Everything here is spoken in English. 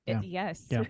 Yes